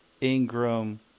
Ingram